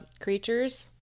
creatures